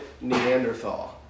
Neanderthal